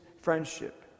friendship